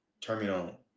terminal